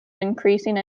increasing